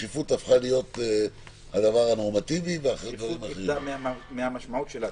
הדחיפות הפכה להיות הדבר הנורמטיבי --- הדחיפות איבדה מהמשמעות שלה,